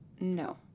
no